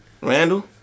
Randall